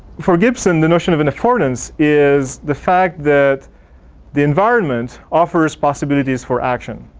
for gibson, the notion of an affordance is the fact that the environment offers possibilities for action.